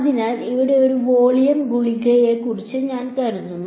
അതിനാൽ ഇവിടെ ഒരു വോളിയം ഗുളികയെക്കുറിച്ച് ഞാൻ കരുതുന്നു